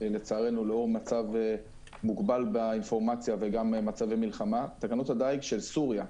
לצערנו לאור מצב באינפורמציה וגם מצבי מלחמה תקנות הדייג של סוריה,